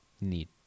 need